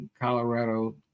Colorado